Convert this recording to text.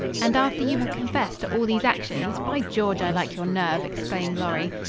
and after you have confessed to all these actions? by george, i like your nerve, exclaimed lorry.